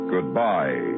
Goodbye